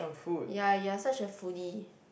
ya you are such a foodie